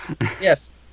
Yes